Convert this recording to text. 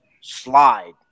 slide